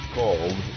called